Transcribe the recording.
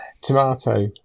tomato